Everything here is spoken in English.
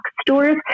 stores